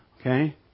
Okay